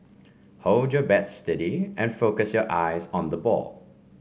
hold your bat steady and focus your eyes on the ball